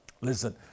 listen